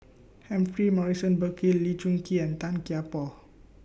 Humphrey Morrison Burkill Lee Choon Kee and Tan Kian Por